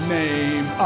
name